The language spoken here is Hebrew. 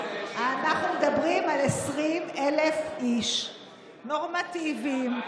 אנחנו מדברים על 20,000 איש נורמטיביים,